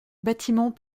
bâtiment